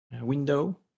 window